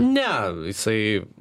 ne jisai